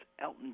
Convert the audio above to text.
Elton